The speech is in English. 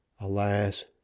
Alas